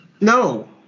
No